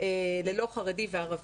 ללא חרדי וערבי.